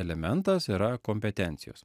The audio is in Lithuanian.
elementas yra kompetencijos